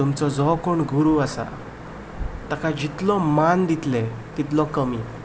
तुमचो जो कोण गुरू आसा ताका जितलो मान दितले तितलो कमी